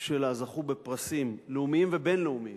שלה זכו בפרסים לאומיים ובין-לאומיים,